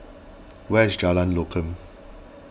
where is Jalan Lokam